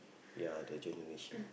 ya the generation